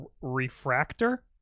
refractor